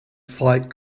fight